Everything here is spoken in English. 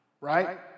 right